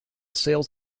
sales